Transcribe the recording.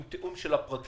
עם תיאום של הפרקליטות,